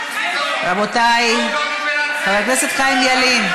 רבותיי, חברי הכנסת חיים ילין,